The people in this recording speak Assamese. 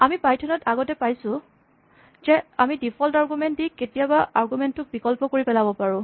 আমি পাইথন ত আগতে পাইছোঁ যে আমি ডিফল্ট আৰগুমেন্ট দি কেতিয়াবা আৰগুমেন্ট টোক বিকল্প কৰি পেলাব পাৰোঁ